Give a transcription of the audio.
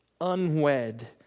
unwed